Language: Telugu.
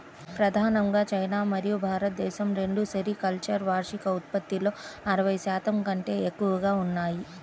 ప్రధానంగా చైనా మరియు భారతదేశం రెండూ సెరికల్చర్ వార్షిక ఉత్పత్తిలో అరవై శాతం కంటే ఎక్కువగా ఉన్నాయి